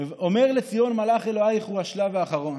"אמר לציון מלך אלוהיך" הוא השלב האחרון,